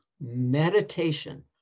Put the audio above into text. Meditation